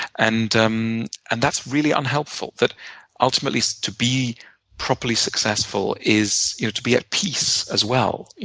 and um and that's really unhelpful, that ultimately to be properly successful is to be at peace as well.